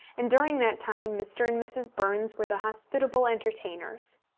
and during that time mr. and mrs. burns were the hospitable entertainers.